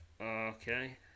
Okay